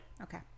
Okay